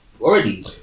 already